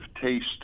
taste